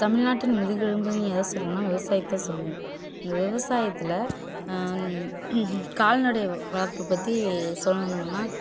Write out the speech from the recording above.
தமிழ்நாட்டின் முதுகெலும்புன்னு எதை சொல்லுவோன்னா விவசாயத்தை சொல்லுவோம் அந்த விவசாயத்தில் கால்நடையை வளர்ப்பு பற்றி